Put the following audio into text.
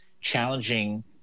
challenging